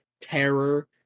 terror